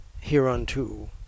hereunto